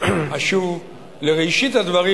אשוב לראשית הדברים,